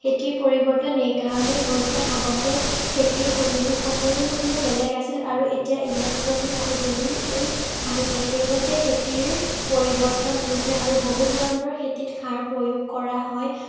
খেতিৰ পৰিবৰ্তন এই কাৰণেই হৈছে আগতে খেতিৰ সঁজুলিসমূহো বেলেগ আছিল এতিয়া ইলেক্ট্ৰনিক সঁজুলি আহিছে সেইবাবে খেতিৰ পৰিবৰ্তন হৈছে আৰু বহুত ধৰণৰ খেতিত সাৰ প্ৰয়োগ কৰা হয়